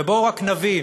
ובואו רק נבין,